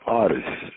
artists